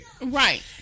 Right